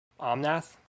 omnath